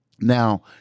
now